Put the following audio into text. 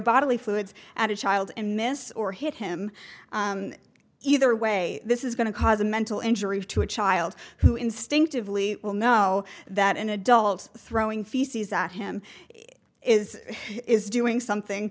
bodily fluids at a child and missed or hit him either way this is going to cause a mental injury to a child who instinctively will know that an adult throwing feces at him is is doing something